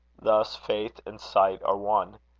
thus, faith and sight are one.